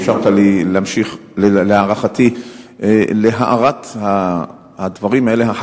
שאפשרת לי להמשיך להאריך להארת הדברים האלה,